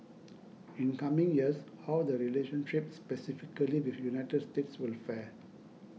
in coming years how the relationship specifically with United States will fare